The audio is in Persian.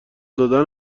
دادن